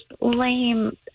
lame